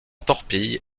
torpille